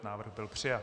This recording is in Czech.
Návrh byl přijat.